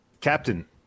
Captain